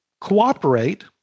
cooperate